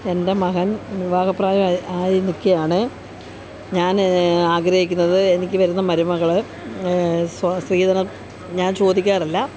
എൻ്റെ മകൻ വിവാഹ പ്രായം ആയി ആയി നിൽക്കുകയാണേ ഞാൻ ആഗ്രഹിക്കുന്നത് എനിക്ക് വരുന്ന മരുമകൾ സ് സ്ത്രീധനം ഞാൻ ചോദിക്കാറില്ല